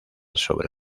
sobre